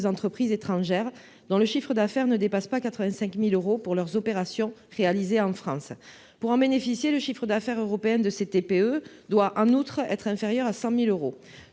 entreprises étrangères dont le chiffre d’affaires ne dépasse pas 85 000 euros pour leurs opérations réalisées en France. Pour qu’elles en bénéficient, le chiffre d’affaires européen de ces très petites entreprises (TPE) doit en outre être inférieur à 100 000 euros.